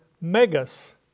megas